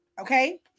Okay